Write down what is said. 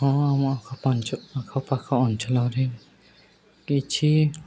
ହଁ ଆମ ଆଖ ପାଖ ଅଞ୍ଚଳରେ କିଛି